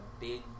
big